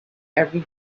every